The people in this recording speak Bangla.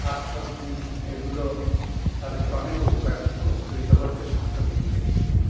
শাক সবজি এগুলো তাদেরকে অনেক উপকার উপকৃত করছে স্বাস্থ্যের দিক থেকে